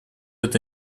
эта